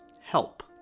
help